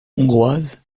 hongroise